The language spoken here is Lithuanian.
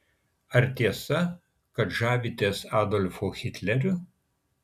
ar tiesa kad žavitės adolfu hitleriu